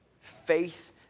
Faith